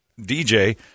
DJ